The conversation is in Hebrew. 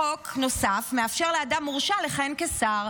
חוק נוסף מאפשר לאדם מורשע לכהן כשר,